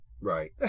right